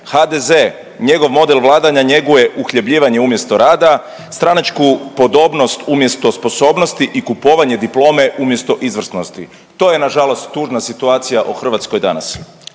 HDZ njegov model vladanja njeguje uhljebljivanje umjesto rada, stranačku podobnost umjesto sposobnosti i kupovanje diplome umjesto izvrsnosti. To je nažalost tužna situacija o Hrvatskoj danas.